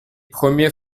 premier